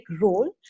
role